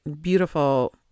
beautiful